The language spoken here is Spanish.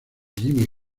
jimmy